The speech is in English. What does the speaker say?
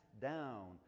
down